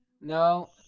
No